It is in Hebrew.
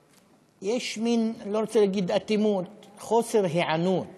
ויש מין, אני לא רוצה להגיד אטימות, חוסר היענות